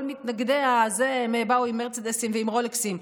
כל המתנגדים: באו עם מרצדסים ועם רולקסים.